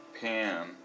Pan